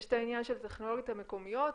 יש את העניין של הטכנולוגיות המקומיות,